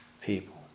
people